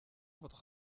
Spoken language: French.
votre